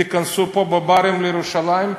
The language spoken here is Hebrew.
תיכנסו פה לברים בירושלים,